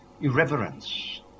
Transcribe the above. irreverence